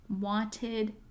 wanted